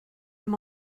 them